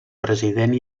president